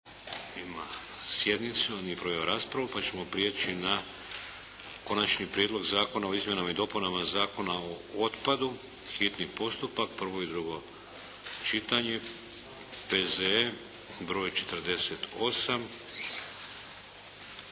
ima sjednicu. Nije proveo raspravu. Pa ćemo prijeći na - Konačni prijedlog Zakona o izmjenama i dopunama Zakona o otpadu, hitni postupak, prvo i drugo čitanje, P.Z.E. br. 48.